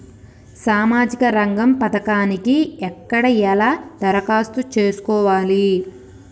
సామాజిక రంగం పథకానికి ఎక్కడ ఎలా దరఖాస్తు చేసుకోవాలి?